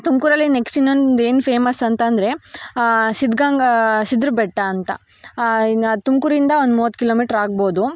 ತುಮಕೂರಲ್ಲಿ ನೆಕ್ಸ್ಟ್ ಇನ್ನೊಂದು ಏನು ಫೇಮಸ್ ಅಂತಂದರೆ ಸಿದ್ಧಗಂಗಾ ಸಿದ್ಧರ ಬೆಟ್ಟ ಅಂತ ಈಗ ತುಮಕೂರಿಂದ ಒಂದು ಮೂವತ್ತು ಕಿಲೋಮೀಟ್ರ್ ಆಗ್ಬೋದು